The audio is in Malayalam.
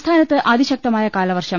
സംസ്ഥാനത്ത് അതിശക്തമായ കാലവർഷം